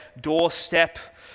doorstep